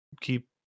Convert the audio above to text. keep